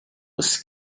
was